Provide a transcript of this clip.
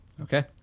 Okay